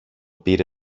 πήρε